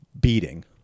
beating